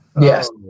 Yes